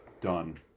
Done